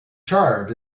charred